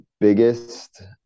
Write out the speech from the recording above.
biggest